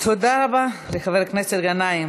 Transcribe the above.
תודה רבה לחבר הכנסת גנאים.